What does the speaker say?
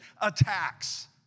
attacks